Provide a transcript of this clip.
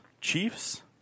Chiefs